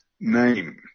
name